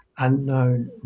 unknown